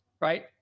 right